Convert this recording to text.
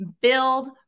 build